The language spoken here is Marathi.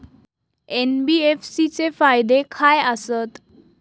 एन.बी.एफ.सी चे फायदे खाय आसत?